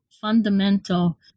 fundamental